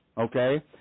okay